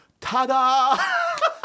ta-da